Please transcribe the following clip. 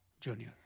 Junior